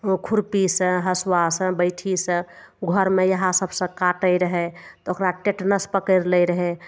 खुरपीसँ हसुआसँ बैठीसँ घरमे इएह सबसँ काटय रहय तऽ ओकरा टेटनस पकड़ि लै रहय